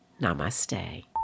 namaste